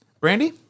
Brandy